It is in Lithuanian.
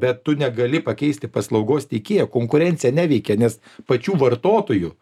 bet tu negali pakeisti paslaugos teikėjo konkurencija neveikia nes pačių vartotojų